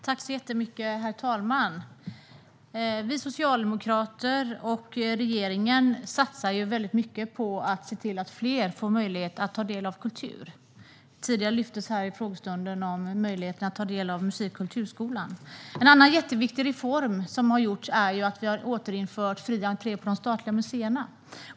Herr talman! Vi socialdemokrater och regeringen satsar väldigt mycket på att fler ska få möjlighet att ta del av kultur. Tidigare i frågestunden lyftes möjligheten att ta del av musik och kulturskolan. En annan jätteviktig reform som har gjorts är att vi har återinfört fri entré på de statliga museerna.